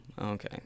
okay